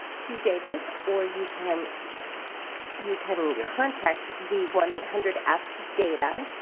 to david, or you can you can contact the one eight hundred ask data,